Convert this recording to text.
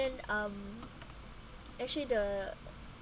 um actually the